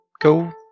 go